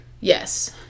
Yes